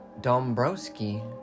Dombrowski